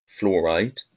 fluoride